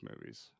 movies